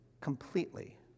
completely